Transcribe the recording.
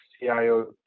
CIO